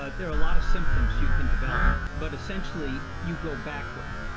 ah there are a lot of symptoms you can develop, but essentially you go backward.